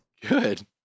good